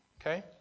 okay